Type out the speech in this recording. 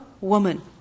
woman